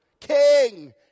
King